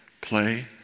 play